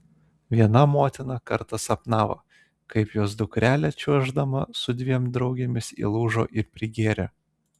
viena motina kartą sapnavo kaip jos dukrelė čiuoždama su dviem draugėmis įlūžo ir prigėrė